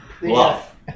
Bluff